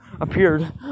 appeared